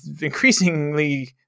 increasingly